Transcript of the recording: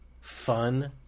fun